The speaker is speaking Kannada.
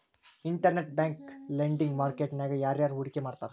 ಇನ್ಟರ್ನೆಟ್ ಬ್ಯಾಂಕ್ ಲೆಂಡಿಂಗ್ ಮಾರ್ಕೆಟ್ ನ್ಯಾಗ ಯಾರ್ಯಾರ್ ಹೂಡ್ಕಿ ಮಾಡ್ತಾರ?